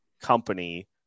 company